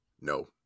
no